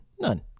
None